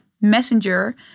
messenger